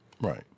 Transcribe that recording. right